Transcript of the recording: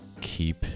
keep